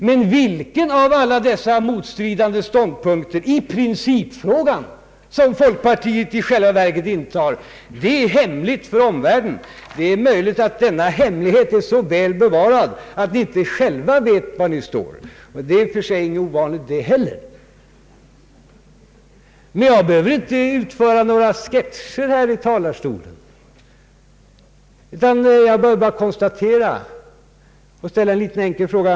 Men vilken av alla dessa motstridande ståndpunkter i principfrågan som folkpartiet i själva verket intar, det är hemligt för omvärlden. Det är möjligt att denna hemlighet är så väl bevarad att ni inte själva vet var ni står. Det är i och för sig inget ovanligt det heller. Men jag behöver inte utföra några sketcher här i talarstolen, utan behöver bara ställa en enkel fråga.